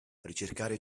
ricercare